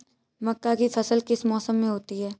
मक्का की फसल किस मौसम में होती है?